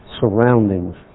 surroundings